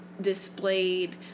displayed